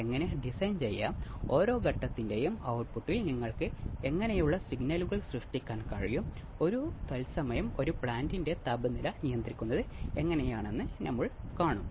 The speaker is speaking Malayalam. അതിനാൽ നിങ്ങൾ ഇത് വായിക്കു അടുത്ത ക്ലാസ്സിൽ കാണാം